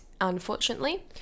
unfortunately